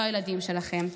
לא הילדים שלכם.